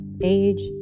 age